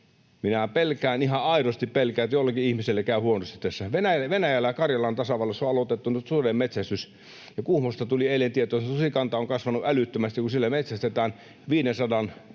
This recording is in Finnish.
minä pelkään, ihan aidosti pelkään, että jollekin ihmiselle käy huonosti tässä. Venäjällä Karjalan tasavallassa on aloitettu nyt sudenmetsästys, ja Kuhmosta tuli eilen tieto, että susikanta on kasvanut älyttömästi, kun siellä metsästetään, 500:n